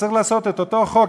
אז צריך לעשות את אותו חוק,